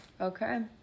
Okay